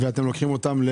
להיכן אתם לוקחים אותם?